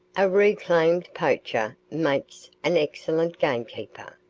a reclaimed poacher makes an excellent gamekeeper,